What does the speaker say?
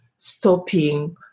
stopping